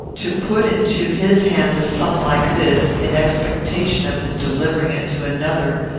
to put into his hands a sum like this, in expectation of his delivering it to another,